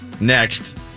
next